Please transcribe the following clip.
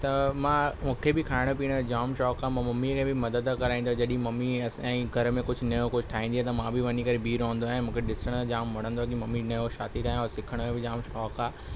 त मां मूंखे बि खाइण पीअण जो जामु शौंकु आहे मां मम्मीअ खे बि मदद कराईंदो जॾहिं मम्मी असां जी घर में कुझु नओं कुझु ठाहींदी आहे त मां बि वञी करे बीहे रहंदो आहियां मूंखे ॾिसणु जाम वणंदो आहे कि मम्मी इन जो छा थी ठाहे ऐं सिखण जो बि जामु शौंकु आहे